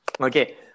okay